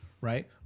right